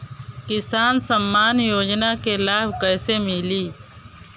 किसान सम्मान योजना के लाभ कैसे मिली?